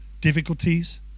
Difficulties